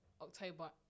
October